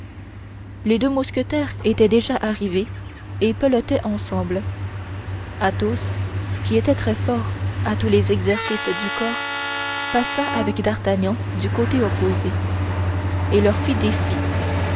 les deux mousquetaires étaient déjà arrivés et pelotaient ensemble athos qui était très fort à tous les exercices du corps passa avec d'artagnan du côté opposé et leur fit défi